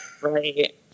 Right